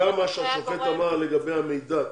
גם מה שהשופט אמר לגבי המידע.